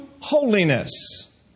holiness